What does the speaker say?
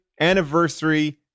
anniversary